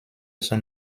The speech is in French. son